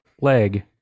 leg